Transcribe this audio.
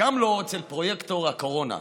וגם לא אצל פרויקטור הקורונה,